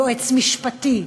יועץ משפטי,